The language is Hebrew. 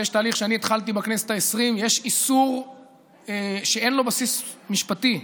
יש תהליך שאני התחלתי בכנסת העשרים: יש איסור שאין לו בסיס משפטי,